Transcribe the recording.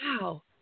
Wow